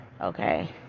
okay